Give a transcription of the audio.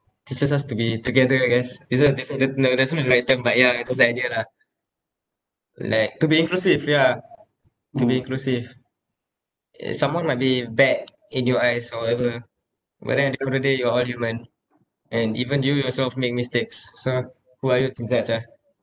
teaches us to be together against no but ya it's this idea lah like to be inclusive ya to be inclusive uh someone might be bad in your eyes however but then end of the day you're all human and even you yourself make mistakes so who are you to judge ah